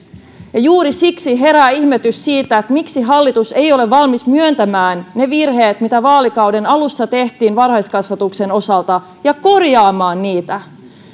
ja juuri siksi herää ihmetys miksi hallitus ei ole valmis myöntämään niitä virheitä mitä vaalikauden alussa tehtiin varhaiskasvatuksen osalta ja korjaamaan niitä